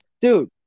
Dude